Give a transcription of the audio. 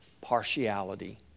partiality